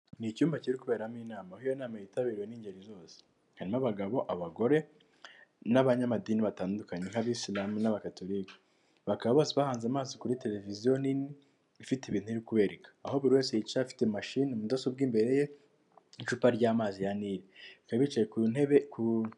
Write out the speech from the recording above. Ni icyumba kiri kuberamo inama, aho iyo nama yitabiriwe n'ingeri zose, harimo abagabo, abagore n'abanyamadini batandukanye: nk'abayisilamu n'abagatulika, bakaba bose bahanze amaso kuri televiziyo nini ifite ibintu kubereka, aho buri wese yicaye afite mashini, mudasobwa imbere ye, icupa ry'amazi ya nili, bicaye ku ntebe .